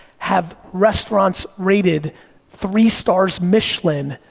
have restaurants rated three stars michelin,